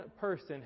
person